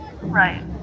Right